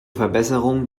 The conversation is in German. verbesserung